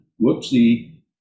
Whoopsie